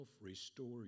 restore